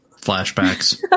flashbacks